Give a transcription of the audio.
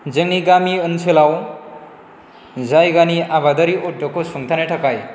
जोंनि गामि ओनसोलाव जायगानि आबादारि उदग'खौ सुंथानो थाखाय